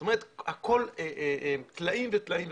זאת אומרת, הכול טלאים וטלאים.